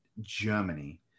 Germany